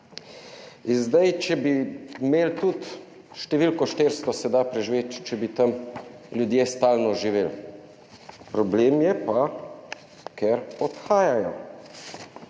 In zdaj, če bi imeli tudi številko 400, se da preživeti, če bi tam ljudje stalno živeli. Problem je pa, ker odhajajo.